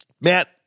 Matt